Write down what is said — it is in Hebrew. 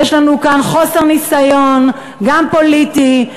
יש לנו כאן חוסר ניסיון גם פוליטי,